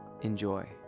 Enjoy